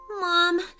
Mom